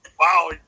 Wow